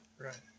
Right